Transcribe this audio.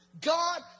God